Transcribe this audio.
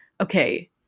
okay